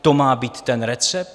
To má být ten recept?